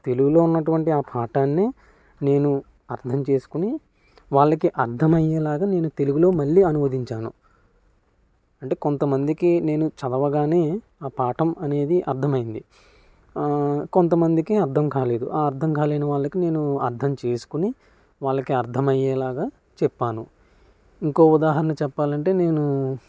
తెలుగులో ఉన్నటువంటి ఆ పాఠాన్ని నేను అర్థం చేసుకొని వాళ్ళకి అర్థం అయ్యేలాగా నేను తెలుగులో మళ్ళీ అనువదించాను అంటే కొంతమందికే నేను చదవగానే ఆ పాఠం అనేది అర్థమైంది కొంతమందికి అర్థం కాలేదు ఆ అర్థం కాలేని వాళ్ళకి నేను అర్థం చేసుకొని వాళ్ళకి అర్థం అయ్యేలాగా చెప్పాను ఇంకో ఉదాహరణ చెప్పాలంటే నేను